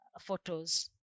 photos